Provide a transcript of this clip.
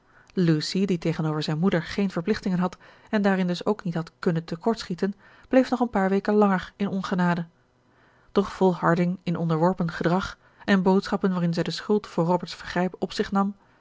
lucy die tegenover zijne moeder geene verplichtingen had en daarin dus ook niet had kunnen te kort schieten bleef nog een paar weken langer in ongenade doch volharding in onderworpen gedrag en boodschappen waarin zij de schuld voor roberts vergrijp op zich nam